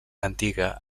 antiga